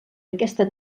aquesta